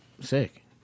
sick